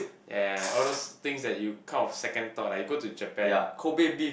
ya ya all those things that you kind of second thought like you go to Japan Kobe beef